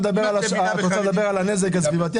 דברי על הנזק הסביבתי,